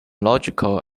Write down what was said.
logical